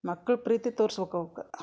ಮಕ್ಳ ಪ್ರೀತಿ ತೋರ್ಸ್ಬೇಕ್ ಅವ್ಕೆ